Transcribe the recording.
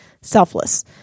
selfless